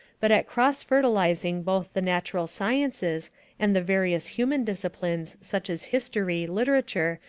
but at cross-fertilizing both the natural sciences and the various human disciplines such as history, literature,